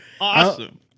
Awesome